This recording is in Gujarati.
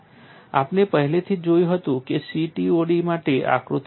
આપણે પહેલેથી જ જોયું હતું કે CTOD માટે આકૃતિ શું છે